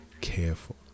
careful